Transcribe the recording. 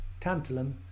tantalum